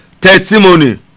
Testimony